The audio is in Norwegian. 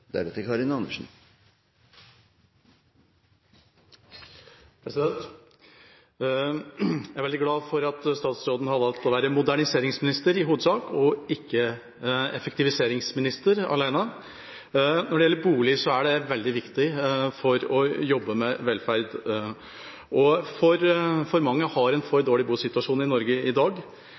veldig glad for at statsråden har valgt å være moderniseringsminister i hovedsak og ikke effektiviseringsminister alene. Boliger er veldig viktig i jobben med velferd. For mange har en for dårlig bosituasjon i Norge i dag.